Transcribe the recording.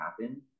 happen